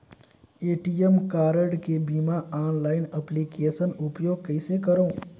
ATM card के बिना online application उपयोग कइसे करो?